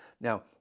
Now